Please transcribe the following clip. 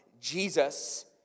Jesus